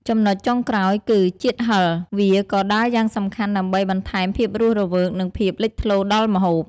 ចំណុចចុងក្រោយគឺ ជាតិហឹរ វាក៏ដើរយ៉ាងសំខាន់ដើម្បីបន្ថែមភាពរស់រវើក និងភាពលេចធ្លោដល់ម្ហូប។